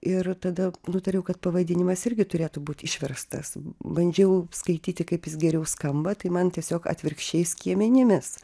ir tada nutariau kad pavadinimas irgi turėtų būt išverstas bandžiau skaityti kaip jis geriau skamba tai man tiesiog atvirkščiai skiemenimis